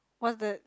what's that